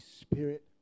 spirit